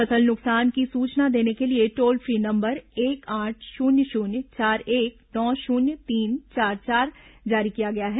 फसल नुकसान की सूचना देने के लिए टोल फ्री नंबर एक आठ शून्य शून्य चार एक नौ शून्य तीन चार चार जारी किया गया है